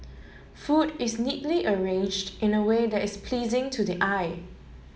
food is neatly arranged in a way that is pleasing to the eye